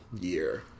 year